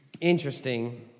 interesting